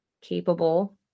capable